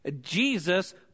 Jesus